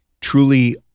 truly